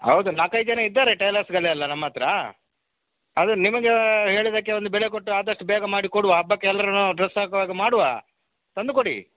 ಹೌದು ನಾಲ್ಕ್ ಐದು ಜನ ಇದ್ದಾರೆ ಟೈಲರ್ಸ್ಗಳೆಲ್ಲ ನಮ್ಮ ಹತ್ರ ಅದು ನಿಮ್ಗೆ ಹೇಳಬೇಕೆ ಒಂದು ಬೆಲೆ ಕೊಟ್ಟು ಆದಷ್ಟು ಬೇಗ ಮಾಡಿಕೊಡುವ ಹಬ್ಬಕ್ ಎಲ್ರೂನು ಡ್ರಸ್ ಹಾಕೋ ಹಾಗೆ ಮಾಡುವ ತಂದು ಕೊಡಿ